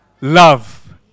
love